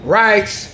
rights